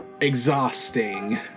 exhausting